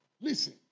Listen